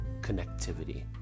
connectivity